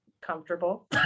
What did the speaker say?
comfortable